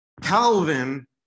Calvin